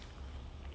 um